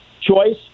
choice